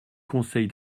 conseil